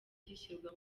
gishyirwa